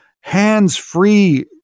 hands-free